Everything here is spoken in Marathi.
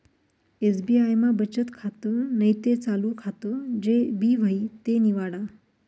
एस.बी.आय मा बचत खातं नैते चालू खातं जे भी व्हयी ते निवाडा